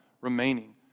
remaining